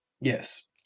Yes